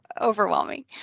overwhelming